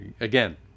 again